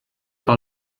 par